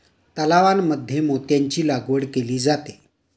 तलावांमध्ये मोत्यांची लागवड केली जाते